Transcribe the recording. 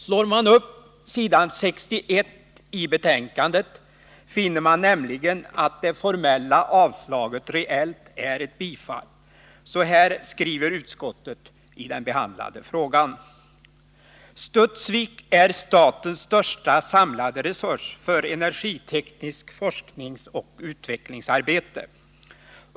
Slår man upp s. 61 i betänkandet finner man nämligen att det formella avstyrkandet reellt är ett tillstyrkande. Så här skriver utskottet i den behandlade frågan: ”Studsvik är statens största samlade resurs för energitekniskt forskningsoch utvecklingsarbete.